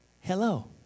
Hello